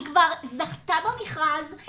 היא כבר זכתה במכרז,